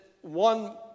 one